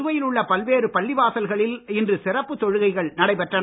புதுவையில் உள்ள பல்வேறு பள்ளி வாசல்களில் இன்று சிறப்பு தொழுகைகள் நடைபெற்றன